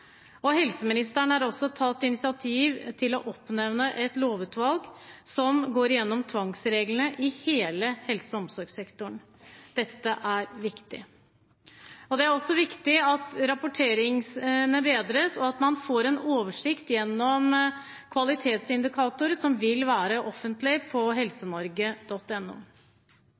Helseministeren har også tatt initiativ til å oppnevne et lovutvalg som går gjennom tvangsreglene i hele helse- og omsorgssektoren. Dette er viktig. Det er også viktig at rapporteringen bedres, og at man får en oversikt gjennom kvalitetsindikatorer, som vil være offentlig på